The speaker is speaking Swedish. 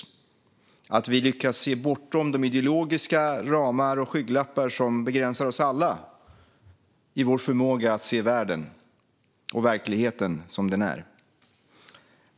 Det krävs att vi lyckas se bortom de ideologiska ramar och skygglappar som begränsar oss alla i vår förmåga att se världen och verkligheten som den är.